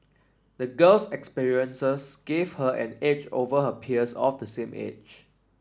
the girl's experiences gave her an edge over her peers of the same age